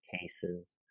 cases